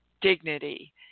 dignity